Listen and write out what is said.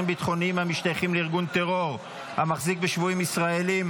ביטחוניים המשתייכים לארגון טרור המחזיק בשבויים ישראלים),